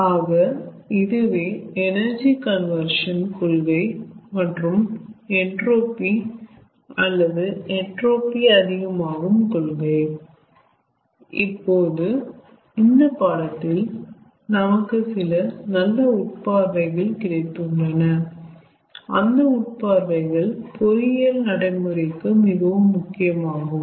ஆக இதுவே energy conversion கொள்கை மற்றும் என்ட்ரோபி அல்லது என்ட்ரோபி அதிகமாகும் கொள்கை இப்போது இந்த பாடத்தில் நமக்கு சில நல்ல உட்பார்வைகள் கிடைத்து உள்ளன அந்த உட்பார்வைகள் பொறியியல் நடைமுறைக்கு மிகவும் முக்கியம் ஆகும்